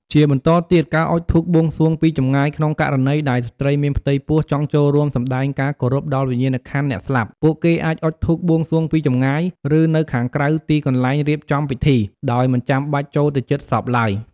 ជាបន្តទៀតការអុជធូបបួងសួងពីចម្ងាយក្នុងករណីដែលស្ត្រីមានផ្ទៃពោះចង់ចូលរួមសម្តែងការគោរពដល់វិញ្ញាណក្ខន្ធអ្នកស្លាប់ ពួកគេអាចអុជធូបបួងសួងពីចម្ងាយ ឬនៅខាងក្រៅទីកន្លែងរៀបចំពិធី ដោយមិនចាំបាច់ចូលទៅជិតសពឡើយ។